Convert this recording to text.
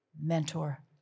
mentor